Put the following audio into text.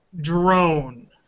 drone